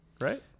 right